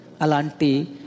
alanti